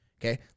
Okay